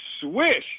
swish